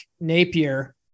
Napier